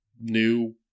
new